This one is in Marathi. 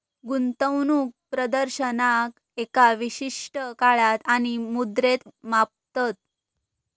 गुंतवणूक प्रदर्शनाक एका विशिष्ट काळात आणि मुद्रेत मापतत